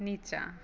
निचाँ